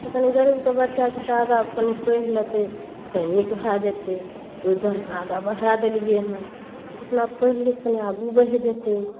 तऽ कनि गरीबके बच्चा छिए तऽ आगाँ कनि पढ़ि लेतै तऽ नीक भऽ जेतै ओहि दुआरे ओकरा आगाँ बढ़ा देलिए हँ जे अपना पढ़ि लिखिकऽ कनि आगू बढ़ि जेतै